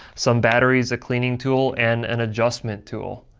some batteries, a cleaning tool and an adjustment tool.